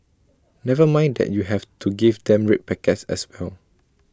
never mind that you have to give them red packets as well